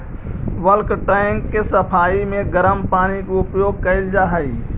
bulk tank के सफाई में गरम पानी के उपयोग कैल जा हई